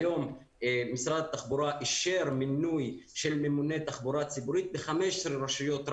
היום משרד התחבורה אישר מינוי של ממונה תחבורה ציבורית ב-15 רשויות,